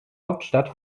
hauptstadt